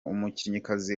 umukinnyikazi